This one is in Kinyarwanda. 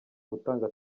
gutanga